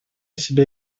себя